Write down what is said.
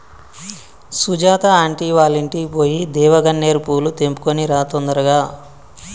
Sujatha aunty వాళ్ళింటికి పోయి దేవగన్నేరు పూలు తెంపుకొని రా తొందరగా